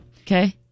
Okay